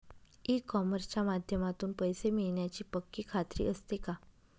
E कॉमर्सच्या माध्यमातून पैसे मिळण्याची पक्की खात्री असते का?